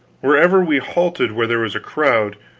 wherever we halted where there was a crowd,